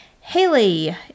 Haley